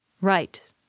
Right